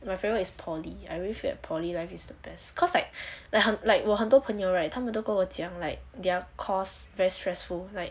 my favourite is poly I really feel like poly life is the best cause like 很 like 我很多朋友 right 他们都跟我讲 like their course very stressful like